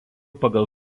pagal